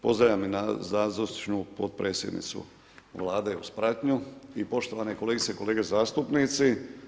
Pozdravljam i dotičnu potpredsjednicu Vlade uz pratnju i poštovane kolegice i kolege zastupnici.